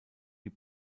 die